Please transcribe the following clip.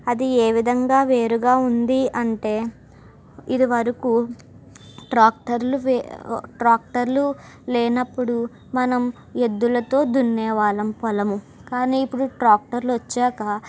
అది ఏ విధంగా వేరుగా ఉంది అంటే ఇదివరకూ ట్రాక్టర్లు వే ట్రాక్టర్లు లేనప్పుడు మనం ఎద్దులతో దున్నేవాళ్ళం పొలం కానీ ఇప్పుడు ట్రాక్టర్లు వచ్చాక